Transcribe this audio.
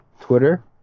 Twitter